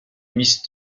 mis